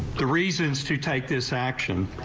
the reasons to take this action.